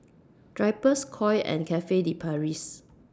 Drypers Koi and Cafe De Paris